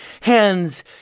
hands